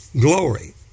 Glory